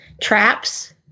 Traps